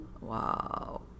Wow